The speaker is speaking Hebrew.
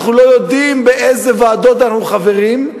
אנחנו לא יודעים באילו ועדות אנחנו חברים,